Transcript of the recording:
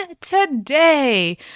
today